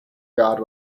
guard